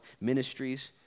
ministries